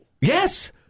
Yes